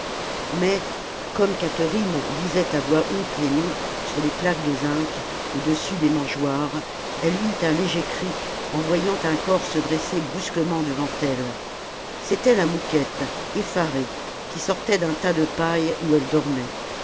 mais comme catherine lisait à voix haute les noms sur les plaques de zinc au-dessus des mangeoires elle eut un léger cri en voyant un corps se dresser brusquement devant elle c'était la mouquette effarée qui sortait d'un tas de paille où elle dormait